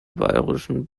bayrischen